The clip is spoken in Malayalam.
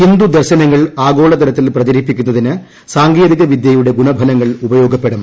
ഫിന്ദു ദർശനങ്ങൾ ആഗോളതലത്തിൽ പ്രചരിപ്പിക്കുന്നതിന് സാ്ങ്കേതിക വിദ്യയുടെ ഗുണഫലങ്ങൾ ഉപയോഗപ്പെടും